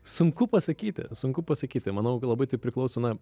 sunku pasakyti sunku pasakyti manau labai tai priklauso na